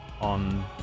on